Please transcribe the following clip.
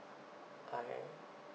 okay